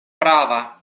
prava